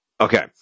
Okay